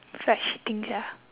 feel like shitting sia